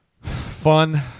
Fun